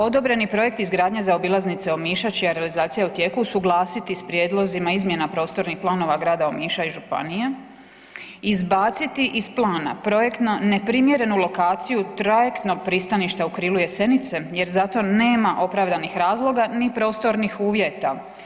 Odobreni projekti izgradnje zaobilaznice Omiša čija je realizacija u tijeku, usuglasiti sa prijedlozima izmjena prostornih planova grada Omiša i županije, izbaciti iz plana projektnu neprimjerenu lokaciju trajektnog pristaništa u Krilu Jesenice jer zato nema opravdanih razloga niti prostornih uvjeta.